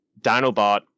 dinobot